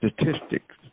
statistics